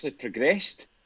progressed